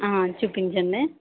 చూపించండి